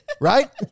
Right